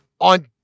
On